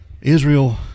Israel